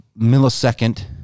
millisecond